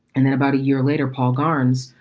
and then about a year later, paul garns,